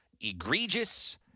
egregious